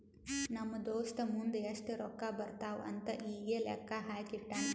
ನಮ್ ದೋಸ್ತ ಮುಂದ್ ಎಷ್ಟ ರೊಕ್ಕಾ ಬರ್ತಾವ್ ಅಂತ್ ಈಗೆ ಲೆಕ್ಕಾ ಹಾಕಿ ಇಟ್ಟಾನ್